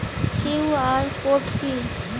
QR code কি?